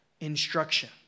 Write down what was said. instruction